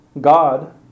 God